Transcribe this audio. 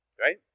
right